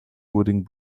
holding